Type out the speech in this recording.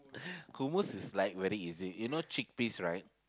hummus is like whether is it you know chickpeas right